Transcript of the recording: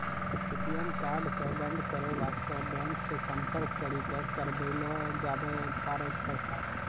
ATM card क बन्द करै बास्ते बैंक से सम्पर्क करी क करबैलो जाबै पारै छै